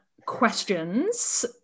questions